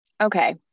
okay